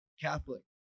catholic